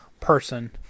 person